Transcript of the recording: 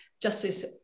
justice